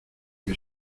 que